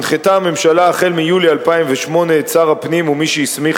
הנחתה הממשלה החל ביולי 2008 את שר הפנים ומי שהסמיך